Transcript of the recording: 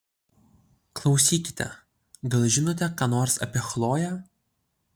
klausykite gal žinote ką nors apie chloję